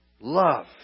Love